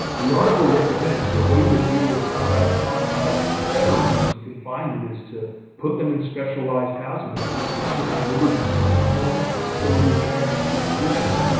the article recommends a way to deal with combat traumatized veterans in confinement is to put them in specialized housing units with certain liberties, and employment, custodial care and supervision,